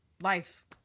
life